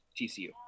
TCU